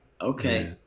okay